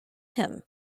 him